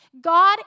God